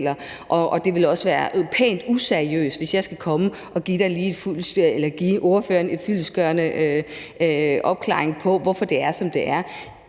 Og det ville også være pænt useriøst, hvis jeg skulle komme og give ordføreren en fyldestgørende forklaring på, hvorfor det er, som det er.